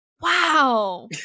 Wow